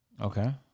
Okay